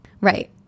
Right